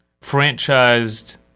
franchised